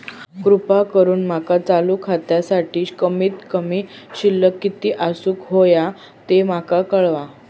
कृपा करून माका चालू खात्यासाठी कमित कमी शिल्लक किती असूक होया ते माका कळवा